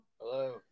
Hello